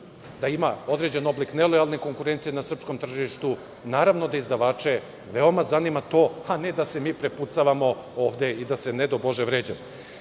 da ima određenog oblika nelojalne konkurencije na srpskom tržištu. Naravno da izdavače veoma zanima to, a ne da se mi prepucavamo ovde i da se, ne daj Bože, vređamo. Svaka